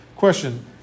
Question